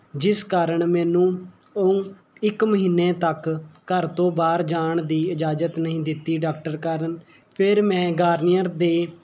ਜਿਸ ਕਾਰਨ ਮੈਨੂੰ ਉਹ ਇੱਕ ਮਹੀਨੇ ਤੱਕ ਘਰ ਤੋਂ ਬਾਹਰ ਜਾਣ ਦੀ ਇਜਾਜ਼ਤ ਨਹੀਂ ਦਿੱਤੀ ਡਾਕਟਰ ਕਾਰਨ ਫਿਰ ਮੈਂ ਗਾਰਨੀਅਰ ਦੇ